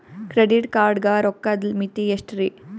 Credit card ಗ ರೋಕ್ಕದ್ ಮಿತಿ ಎಷ್ಟ್ರಿ?